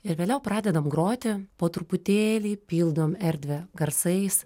ir vėliau pradedam groti po truputėlį pildom erdvę garsais